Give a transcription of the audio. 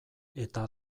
eta